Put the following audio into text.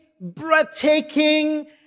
breathtaking